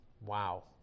Wow